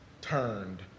turned